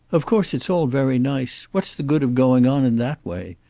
of course it's all very nice. what's the good of going on in that way?